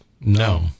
No